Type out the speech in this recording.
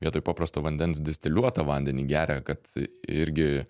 vietoj paprasto vandens distiliuotą vandenį geria kad irgi